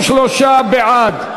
73 בעד,